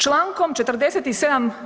Člankom 47.